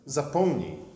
zapomnij